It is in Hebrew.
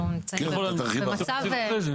הוא ירחיב אחרי זה.